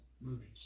movies